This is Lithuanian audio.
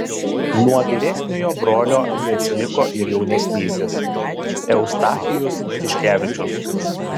nuo vyresniojo brolio neatsiliko ir jaunesnysis eustachijus tiškevičius